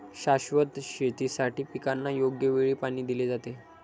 शाश्वत शेतीसाठी पिकांना योग्य वेळी पाणी दिले जाते